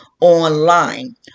online